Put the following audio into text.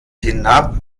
hinab